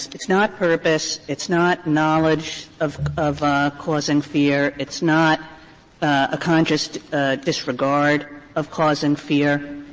it's not purpose, it's not knowledge of of causing fear, it's not a conscious disregard of causing fear,